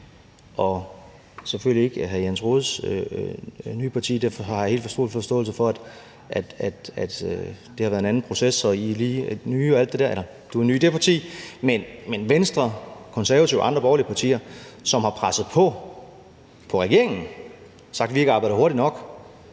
– selvfølgelig ikke hr. Jens Rohdes nye parti; jeg har helt forståelse for, at det har været en anden proces, og du er ny i det parti. Men Venstre, Konservative og andre borgerlige partier, som har presset på over for regeringen og sagt, at vi ikke arbejdede hurtigt nok,